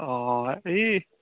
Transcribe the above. অঁ এই